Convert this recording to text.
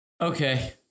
Okay